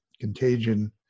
contagion